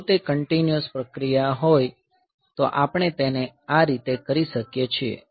જો તે કંટીન્યુઅસ પ્રક્રિયા હોય તો આપણે તેને આ રીતે કરી શકીએ છીએ